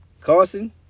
Carson